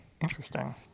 Interesting